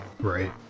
Right